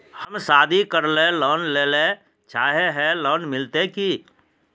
हम शादी करले लोन लेले चाहे है लोन मिलते की?